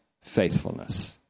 faithfulness